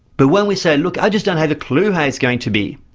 but when we say, look, i just don't have a clue how it's going to be,